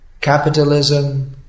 capitalism